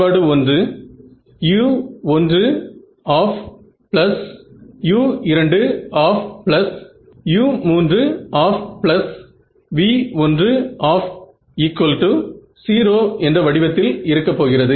MoM உங்கள் கணக்கீடுகளில் மிகப் பெரிய மாற்றத்தை ஏற்படுத்துகிறது